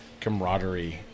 camaraderie